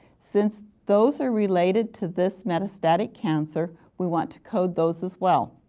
since those are related to this metastatic cancer, we want to code those as well.